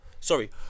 Sorry